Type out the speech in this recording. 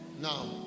Now